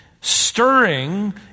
stirring